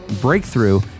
Breakthrough